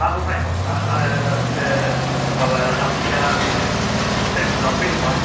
नांगौ टाइमाव मोना आरो बे माबाया जाम्फैया मानि सेरैखम जाम्फै नङा